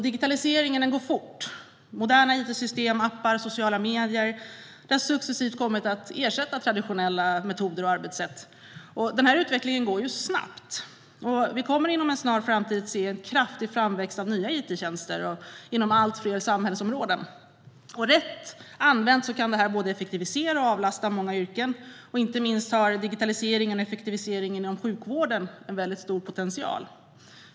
Digitaliseringen går fort. Moderna itsystem, appar och sociala medier har successivt kommit att ersätta traditionella metoder och arbetssätt. Den utvecklingen går snabbt. Vi kommer inom en snar framtid att se en kraftig framväxt av nya ittjänster inom allt fler samhällsområden. Rätt använt kan detta både effektivisera och avlasta många yrken. Inte minst har digitaliseringen och effektiviseringen inom sjukvården stor potential.